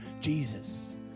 Jesus